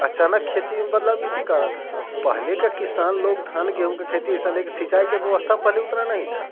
अचानक खेती में बदलाव इसी कारण पहले के किसान लोग धान गेहूँ का खेती ऐसा नहीं कि सिंचाई की व्यवस्था पहले उतना नहीं थी